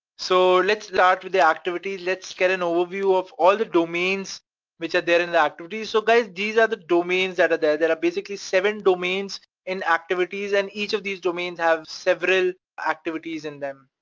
so, let's start with the activities, let's get an overview of all the domains which are there in the activities. so guys, these are the domains that are there that are basically seven domains in activities and each of these domains have several activities in them,